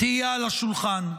תהיה על השולחן.